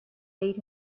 made